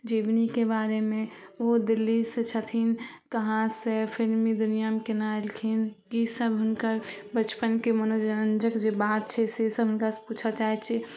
जीवनीके बारेमे ओहो दिल्लीसे छथिन कहाँसे फिलमी दुनिआमे कोना अएलखिन कि सब हुनकर बचपनके मनोरञ्जक जे बात छै से सब हुनकासे पुछऽ चाहै छी